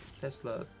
Tesla